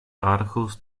articles